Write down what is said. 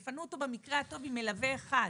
יפנו אותו במקרה הטוב עם מלווה אחד,